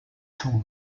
son